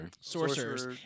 Sorcerers